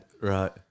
Right